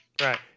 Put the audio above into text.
Right